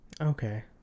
Okay